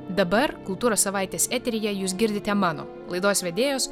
dabar kultūros savaitės eteryje jūs girdite mano laidos vedėjos